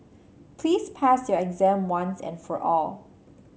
please pass your exam once and for all